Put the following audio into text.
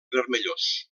vermellós